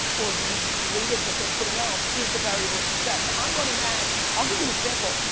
or the creative that they're putting out is the variable of success. i'm running ads, i'll give you an example,